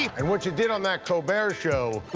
and what you did on that colbert show.